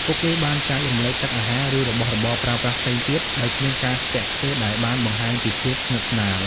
ពួកគេបានចែករំលែកទឹក អាហារ ឬរបស់របរប្រើប្រាស់ផ្សេងទៀតដោយគ្មានការស្ទាក់ស្ទើរ ដែលបានបង្ហាញពីភាពស្និទ្ធស្នាល។